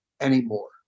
anymore